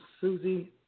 Susie